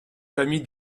famille